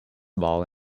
ball